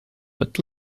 but